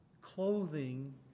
clothing